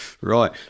Right